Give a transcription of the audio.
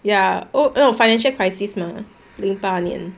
ya oh no financial crisis mah 零八年